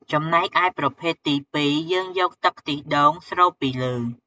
ចំណែកឯប្រភេទទីពីរ យើងយកទឹកខ្ទិះដូងស្រូបពីលើ។